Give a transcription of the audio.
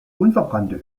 unverbrannte